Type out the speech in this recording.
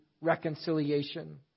reconciliation